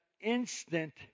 instant